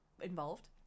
involved